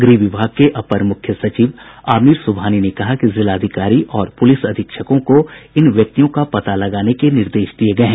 गृह विभाग के अपर मुख्य सचिव आमीर सुबहानी ने कहा कि जिलाधिकारी और पुलिस अधीक्षक को इन व्यक्तियों का पता लगाने के निर्देश दिए गए हैं